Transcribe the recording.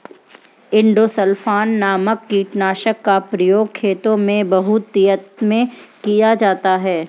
endosulfan नामक कीटनाशक का प्रयोग खेतों में बहुतायत में किया जाता है